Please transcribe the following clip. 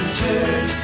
turn